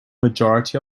majority